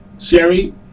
Sherry